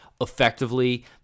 Effectively